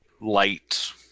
light